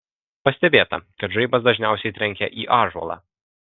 pastebėta kad žaibas dažniausiai trenkia į ąžuolą